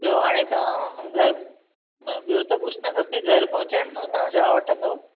बि॒यो हाणे तां घरु म बि॒यो त कुझु न खपे घरु पहुचाइणु जो तव्हां छा वठंदा